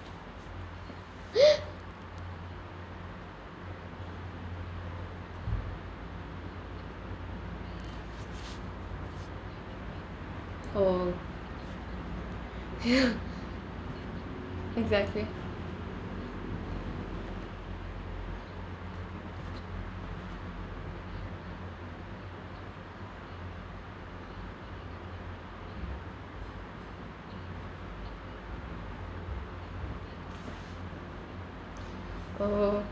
oh ya exactly oh